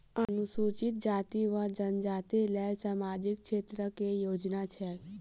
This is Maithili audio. अनुसूचित जाति वा जनजाति लेल सामाजिक क्षेत्रक केँ योजना छैक?